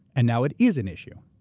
and now it is an issue.